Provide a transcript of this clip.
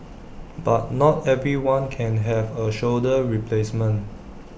but not everyone can have A shoulder replacement